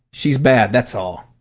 she's bad, that's all!